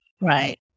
right